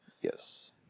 Yes